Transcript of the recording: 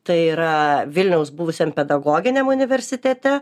tai yra vilniaus buvusiam pedagoginiam universitete